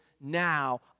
now